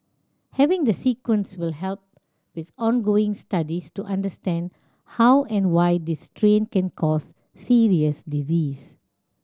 having the sequence will help with ongoing studies to understand how and why this strain can cause serious disease